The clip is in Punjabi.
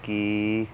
ਕੀ